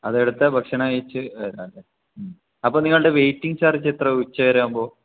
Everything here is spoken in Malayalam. അതെടുത്ത ഭക്ഷണം കഴിച്ച് വരാല്ലേ അപ്പോൾ നിങ്ങൾടെ വെയ്റ്റിംഗ് ചാർജ് എത്ര ഉച്ച വരെ ആവുമ്പോൾ